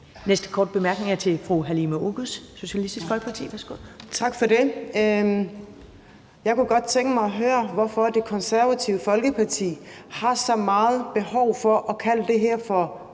Næste korte bemærkning er til fru Halime Oguz, Socialistisk Folkeparti. Værsgo. Kl. 10:34 Halime Oguz (SF): Tak for det. Jeg kunne godt tænke mig at høre, hvorfor Det Konservative Folkeparti har så meget behov for at kalde det her for